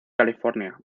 california